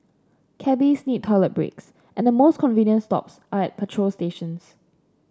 cabbies need toilet breaks and the most convenient stops are at petrol stations